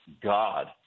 God